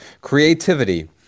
Creativity